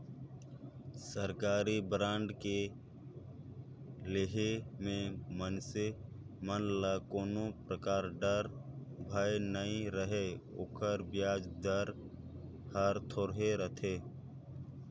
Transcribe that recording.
सरकारी बांड के लेहे मे मइनसे मन ल कोनो परकार डर, भय नइ रहें ओकर बियाज दर हर थोरहे रथे